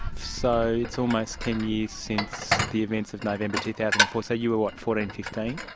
so it's almost ten years since the events of november two thousand and four, so you were, what, fourteen, fifteen?